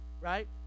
right